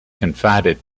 confided